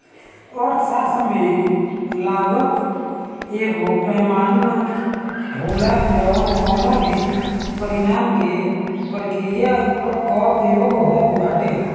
अर्थशास्त्र में लागत एगो पैमाना होला जवन कवनो भी परिणाम के प्रक्रिया कअ योग होत बाटे